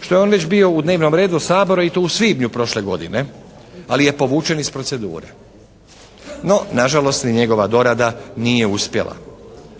što je on već bio u dnevnom redu Sabora i to u svibnju prošle godine. Ali je povućen iz procedure. No nažalost ni njegova dorada nije uspjela.